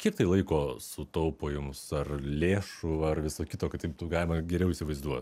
kiek tai laiko sutaupo jums ar lėšų ar viso kito kad taip tai būtų galima geriau įsivaizduot